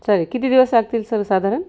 चालेल किती दिवस लागतील सर साधारण